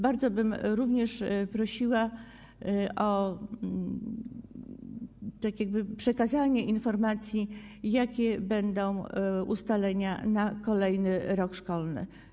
Bardzo bym również prosiła o przekazanie informacji, jakie będą ustalenia na kolejny rok szkolny.